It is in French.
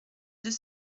deux